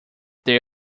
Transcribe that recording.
there